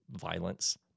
violence